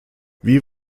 wie